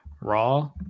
Raw